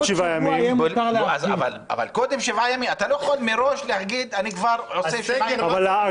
אבל יכול להיות שהם יסתפקו בשבוע.